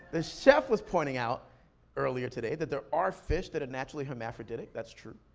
the chef was pointing out earlier today that there are fish that are naturally hermaphroditic, that's true.